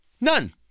None